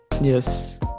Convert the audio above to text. yes